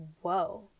whoa